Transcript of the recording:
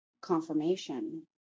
confirmation